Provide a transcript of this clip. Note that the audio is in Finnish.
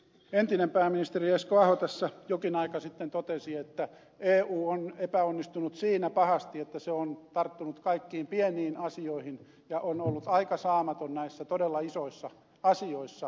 entinen pääministeri esko aho tässä jokin aika sitten totesi että eu on epäonnistunut siinä pahasti että se on tarttunut kaikkiin pieniin asioihin ja on ollut aika saamaton näissä todella isoissa asioissa